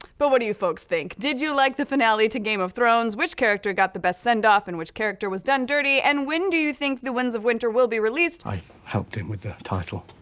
but what do you folks think? did you like the finale to game of thrones? which character got the best send off and which character was done dirty and when do you think the winds of winter will be released? i helped him with the title.